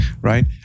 right